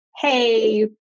hey